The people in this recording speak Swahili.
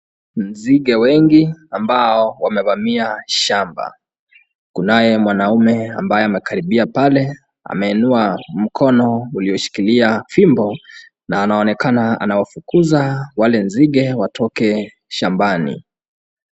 Nzige wengi ambao wamevamia shamba, kunaye mwanaume ambaye amekaribia pale ameinua mkono ulioshikilia fimbo na anaonekana anawafukuza wale nzige watoke shambani.